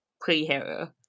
pre-hero